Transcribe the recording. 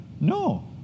no